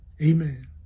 Amen